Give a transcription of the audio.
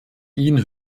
ihnen